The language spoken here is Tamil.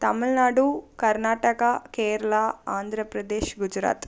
தமிழ்நாடு கர்நாடகா கேரளா ஆந்திரப்பிரதேஷ் குஜராத்